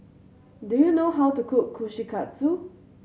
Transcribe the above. do you know how to cook Kushikatsu